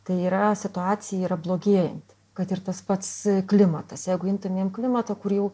tai yra situacija yra blogėjanti kad ir tas pats klimatas jeigu imtumėm klimatą kur jau